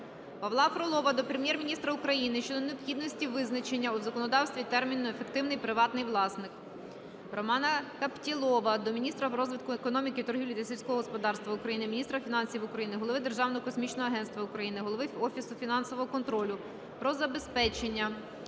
Павла Фролова до Прем'єр-міністра України щодо необхідності визначення у законодавстві терміну "ефективний приватний власник". Романа Каптєлова до міністра розвитку економіки, торгівлі та сільського господарства України, міністра фінансів України, голови Державного космічного агентства України, голови Офісу фінансового контролю про забезпечення